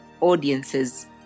audiences